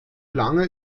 lange